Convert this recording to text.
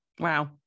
wow